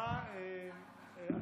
נתאפק,